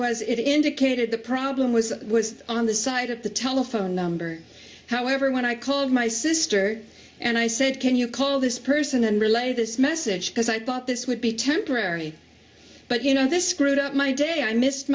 was it indicated the problem was was on the side of the telephone number however when i called my sister and i said can you call this person and relay this message because i thought this would be temporary but you know this screwed up my day i missed